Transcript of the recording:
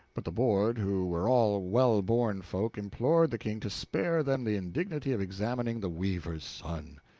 but the board, who were all well-born folk, implored the king to spare them the indignity of examining the weaver's son.